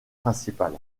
principale